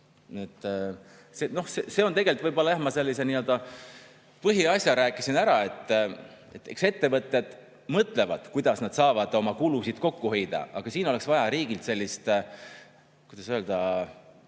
et midagi veel? Jah, ma sellise nii-öelda põhiasja rääkisin ära. Eks ettevõtted mõtlevad, kuidas nad saavad oma kulusid kokku hoida, aga siin oleks vaja riigilt sellist, kuidas öelda,